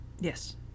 Yes